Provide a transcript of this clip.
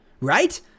right